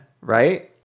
right